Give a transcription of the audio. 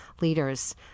leaders